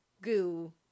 goo